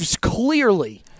clearly